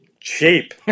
Cheap